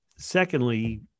Secondly